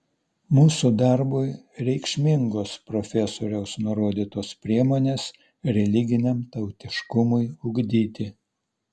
mūsų darbui reikšmingos profesoriaus nurodytos priemonės religiniam tautiškumui ugdyti